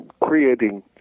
creating